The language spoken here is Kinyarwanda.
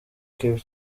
cape